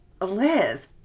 Liz